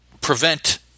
prevent